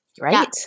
Right